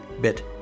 bit